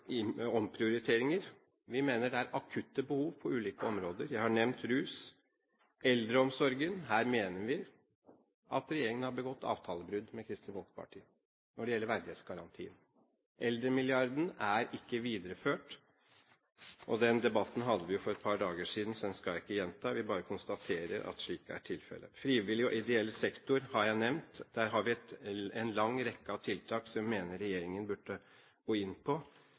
omprioriteringer. Vi mener det er akutte behov på ulike områder. Jeg har nevnt rus. I forbindelse med eldreomsorgen mener vi at regjeringen har begått et avtalebrudd med Kristelig Folkeparti når det gjelder verdighetsgarantien. Eldremilliarden er ikke videreført. Den debatten hadde vi for et par dager siden, så den skal jeg ikke gjenta. Jeg vil bare konstatere at dette er tilfellet. Frivillig og ideell sektor har jeg nevnt. Der har vi en lang rekke av tiltak som vi mener regjeringen burde gå inn på,